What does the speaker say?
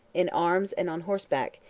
in arms and on horseback,